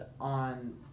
on